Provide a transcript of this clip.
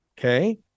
Okay